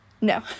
No